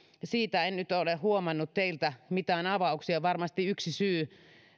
siitä en nyt ole huomannut teiltä mitään avauksia se on kuitenkin varmasti yksi syy